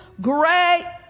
great